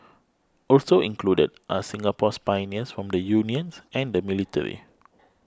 also included are Singapore's pioneers from the unions and the military